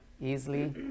easily